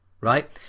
Right